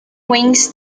wings